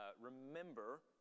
remember